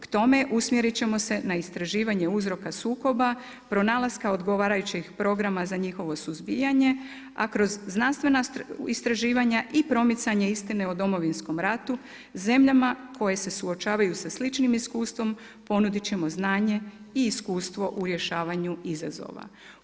K tome usmjerit ćemo se na istraživanje uzroka sukoba, pronalaska odgovarajućeg programa za njihovo suzbijanje, a kroz znanstvena istraživanja i promicanje istine o Domovinskom ratu, zemljama koje se suočavaju sa sličnim iskustvom ponudit ćemo znanje i iskustvo u rješavanju izazova.